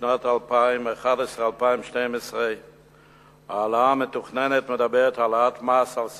בשנים 2011 2012. ההעלאה המתוכננת מדברת על העלאת המס על סיגריות,